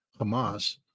Hamas